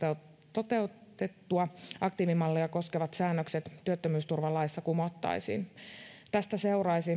toteuduttua aktiivimallia koskevat säännökset työttömyysturvalaissa kumottaisiin tästä seuraisi